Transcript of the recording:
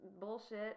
bullshit